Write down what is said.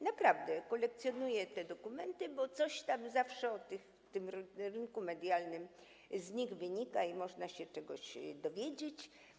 Naprawdę kolekcjonuję te dokumenty, bo coś tam zawsze odnośnie do tego rynku medialnego z nich wynika i można się czegoś dowiedzieć.